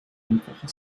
einfache